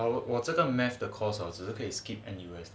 我这个 math 的 course 我是 based in N_T_U